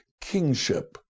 kingship